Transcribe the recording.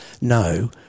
no